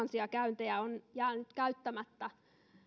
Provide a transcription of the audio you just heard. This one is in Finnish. pohjanmaalla tuhansia käyntejä on jäänyt käyttämättä